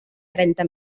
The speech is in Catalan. trenta